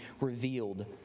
revealed